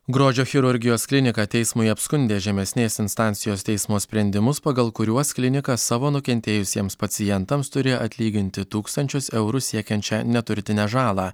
grožio chirurgijos klinika teismui apskundė žemesnės instancijos teismo sprendimus pagal kuriuos klinika savo nukentėjusiems pacientams turi atlyginti tūkstančius eurų siekiančią neturtinę žalą